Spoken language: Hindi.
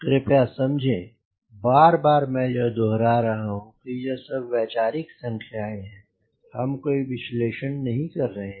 कृपया समझें कि बार बार मैं यह दोहरा रहा हूँ कि ये सभी वैचारिक संख्याएँ हैं हम कोई विश्लेषण नहीं कर रहे हैं